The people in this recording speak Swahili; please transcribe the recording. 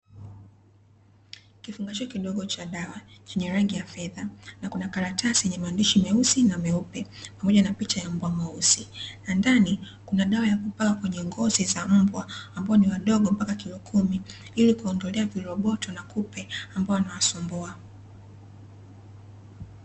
Kifungashio kidogo cha dawa chenye rangi ya fedha, na kuna karatasi yenye maandishi meusi na meupe pamoja picha ya mbwa mweusi, na ndani kuna dawa ya kupaka kwenye ngozi za mbwa ambao ni wadogo mpaka kilo kumi, ili kuwaondolea viroboto na kupe ambao wanasumbua.